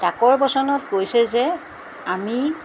ডাকৰ বচনত কৈছে যে আমি